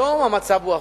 היום המצב הוא הפוך.